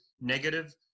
negative